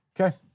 Okay